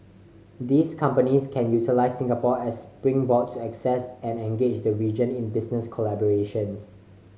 these companies can utilise Singapore as springboard to access and engage the region in business collaborations